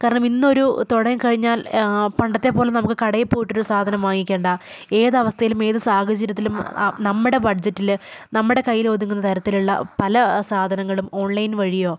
കാരണം ഇന്നൊരു തുടങ്ങിക്കഴിഞ്ഞാൽ പണ്ടത്തെപ്പോലെ നമുക്ക് കടയിൽ പോയിട്ടൊരു സാധനം വാങ്ങിക്കേണ്ട ഏത് അവസ്ഥയിലും ഏതു സാഹചര്യത്തിലും ആ നമ്മുടെ ബഡ്ജറ്റിൽ നമ്മുടെ കയ്യിലൊതുങ്ങുന്ന തരത്തിലുള്ള പല സാധനങ്ങളും ഓൺലൈൻ വഴിയോ